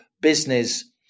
business